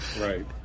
Right